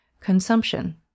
consumption